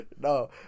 No